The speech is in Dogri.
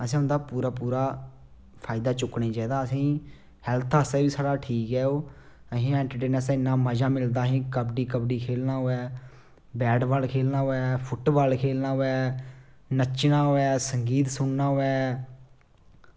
असें उंदा पूरा पूरा फायदा चुक्कना चाहिदा असें ई हेल्थ आस्तै बी साढ़ा ठीक ऐ ओह् असें ई एंटरटेनमेंट आस्तै इन्ना मज़ा मिलदा ओह् कबड्डी कबड्डी खेल्लना होऐ बैट बॉल खेल्लना होऐ फुटबॉल खेल्लना होऐ नच्चना होऐ संगीत सुनना होऐ